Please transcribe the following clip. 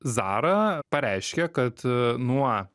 zara pareiškė kad nuo